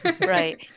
right